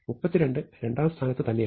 32 രണ്ടാം സ്ഥാനത്ത് തന്നെയാണ്